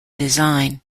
design